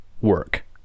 work